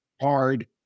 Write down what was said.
hard